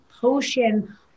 potion